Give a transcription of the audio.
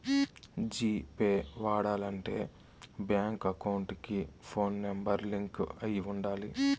G pay వాడాలంటే bank account కి phone number link అయి ఉండాలి